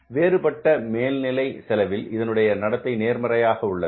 ஆனால் வேறுபட்ட மேல்நிலை செலவில் இதனுடைய நடத்தை நேர்மறையாக உள்ளது